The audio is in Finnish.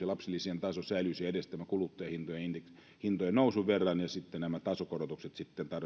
lapsilisien taso säilyisi edes kuluttajahintojen nousun verran ja kannattaisi tuoda sitten nämä tasokorotukset